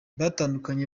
batandukanye